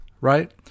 right